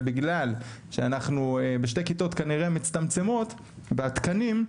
ובגלל שאנחנו בשתי כיתות כנראה מצטמצמות כנראה בתקנים,